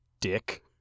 Dick